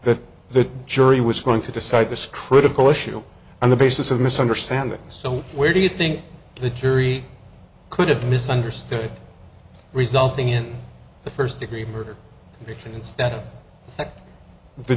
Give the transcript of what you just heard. that the jury was going to decide this critical issue on the basis of misunderstanding so where do you think the jury could have misunderstood resulting in the first degree murder